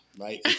right